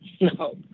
No